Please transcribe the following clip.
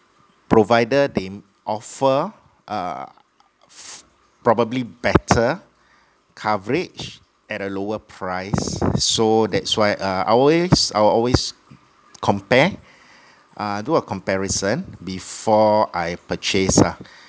provider they offer err f~ probably better coverage at a lower price so that's why uh I always I will always compare uh do a comparison before I purchase lah